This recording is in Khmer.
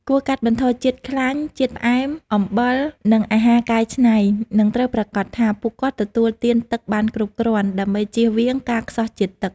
គួរកាត់បន្ថយជាតិខ្លាញ់ ជាតិផ្អែម អំបិល និងអាហារកែច្នៃ និងត្រូវប្រាកដថាពួកគាត់ទទួលទានទឹកបានគ្រប់គ្រាន់ ដើម្បីជៀសវាងការខ្សោះជាតិទឹក។